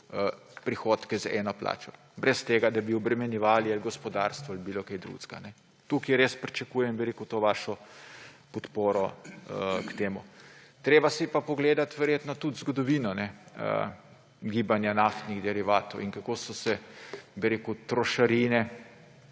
prihodke za eno plačo, brez tega, da bi obremenjevali ali gospodarstvo ali kaj drugega. Tukaj res pričakujem bi rekel to vašo podporo k temu. Treba si je pa pogledati, verjetno, tudi zgodovino gibanja naftnih derivatov in kako so se trošarine